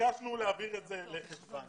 ביקשנו להעביר את זה לחשוון.